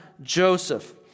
Joseph